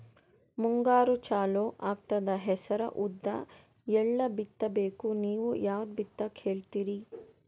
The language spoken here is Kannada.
ಮುಂಗಾರು ಚಾಲು ಆಗ್ತದ ಹೆಸರ, ಉದ್ದ, ಎಳ್ಳ ಬಿತ್ತ ಬೇಕು ನೀವು ಯಾವದ ಬಿತ್ತಕ್ ಹೇಳತ್ತೀರಿ?